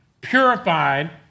purified